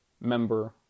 member